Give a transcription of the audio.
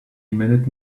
minute